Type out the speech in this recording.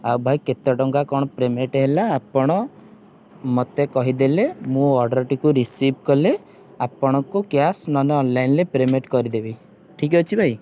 ଆଉ ଭାଇ କେତେ ଟଙ୍କା କ'ଣ ପେମେଣ୍ଟ୍ ହେଲା ଆପଣ ମୋତେ କହିଦେଲେ ମୁଁ ଅର୍ଡ଼ର୍ଟିକୁ ରିସିଭ୍ କଲେ ଆପଣଙ୍କୁ କ୍ୟାସ୍ ନହେଲେ ଅନଲାଇନ୍ରେ ପେମେଣ୍ଟ୍ କରିଦେବି ଠିକ୍ ଅଛି ଭାଇ